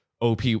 op